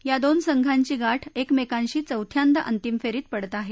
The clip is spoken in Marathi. या दोन संघांची गाठ एकमेकांशी चौथ्यांदा अंतिम फेरीत पडत आहे